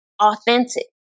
authentic